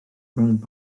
gweld